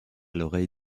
l’oreille